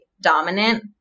dominant